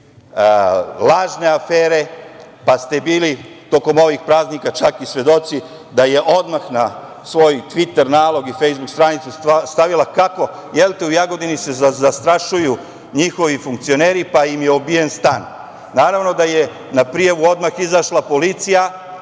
lažne afere. Bili ste tokom ovih praznika čak i svedoci da je odmah na svoj tviter nalog i fejsbuk stranicu stavila kako se u Jagodini zastrašuju njihovi funkcioneri, pa im je obijen stan. Naravno da je na prijavu odmah izašla policija